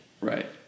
Right